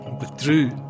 withdrew